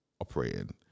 operating